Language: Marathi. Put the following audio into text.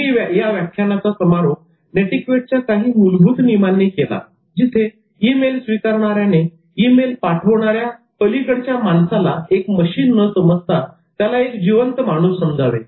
मी या व्याख्यानाचा समारोप 'नेटीक्वेट' च्या काही मूलभूत नियमानी केला जिथे ई मेल स्वीकारणाऱ्याने ई मेल पाठवणाऱ्या पलीकडच्या माणसाला एक मशीन न समजता त्याला एक जिवंत माणूस समजावे